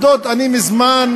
עובדות, אני מזמן,